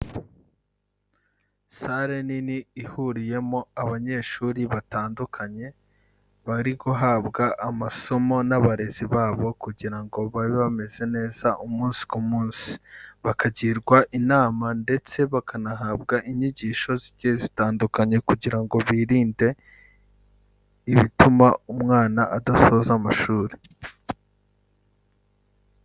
Sare nini ihuriyemo abanyeshuri batandukanye bari guhabwa amasomo n'abarezi babo kugirango babe bameze neza umunsi ku munsi, bakagirwa inama ndetse bakanahabwa inyigisho zigiye zitandukanye kugira ngo birinde ibituma umwana adasoza amashuri.